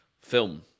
film